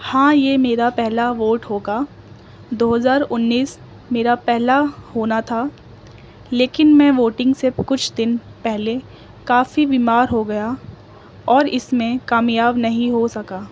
ہاں یہ میرا پہلا ووٹ ہوگا دو ہزار انیس میرا پہلا ہونا تھا لیکن میں ووٹنگ سے کچھ دن پہلے کافی بیمار ہو گیا اور اس میں کامیاب نہیں ہو سکا